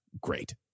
Great